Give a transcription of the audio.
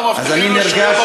אז אני נרגש.